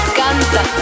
canta